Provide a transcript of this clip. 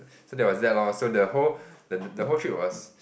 so that was that lor so the whole the the whole trip was